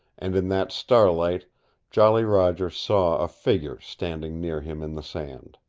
and in that starlight jolly roger saw a figure standing near him in the sand.